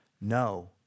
No